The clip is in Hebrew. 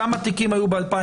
כמה תיקים היו ב-2020?